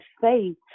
Faith